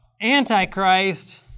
Antichrist